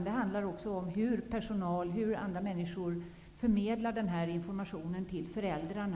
Det handlar också om hur personal och andra människor förmedlar denna information till föräldrarna.